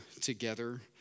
together